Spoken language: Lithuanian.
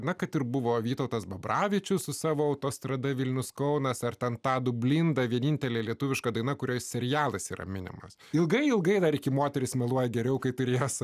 na kad ir buvo vytautas babravičius su savo autostrada vilnius kaunas ar ten tadą blindą vienintelė lietuviška daina kurioje serialas yra minimas ilgai ilgai tarkim moterys meluoja geriau kaip ir jas